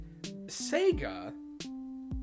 Sega